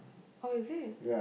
oh is it